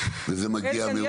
וזה מגיע מרוח הדברים --- ממש,